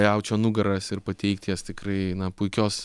jaučio nugaras ir pateikti jas tikrai puikios